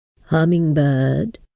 Hummingbird